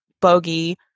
bogey